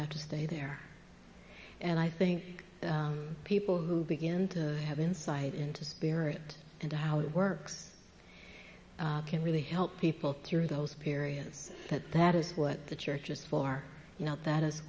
have to stay there and i think people who begin to have insight into spirit and how it works can really help people through those periods that that is what the church is for that is